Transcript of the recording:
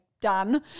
Done